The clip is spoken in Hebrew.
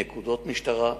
נקודות משטרה,